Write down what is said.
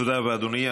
תודה רבה, אדוני.